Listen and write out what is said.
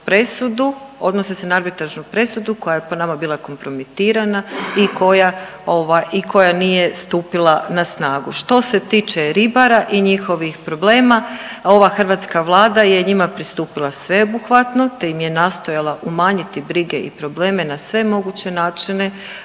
presudu, odnose se na arbitražnu presudu koja je po nama bila kompromitirana i koja ovaj i koja nije stupila na snagu. Što se tiče ribara i njihovih problema ova hrvatska Vlada je njima pristupila sveobuhvatno, te im je nastojala umanjiti brige i probleme na sve moguće načine